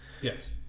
yes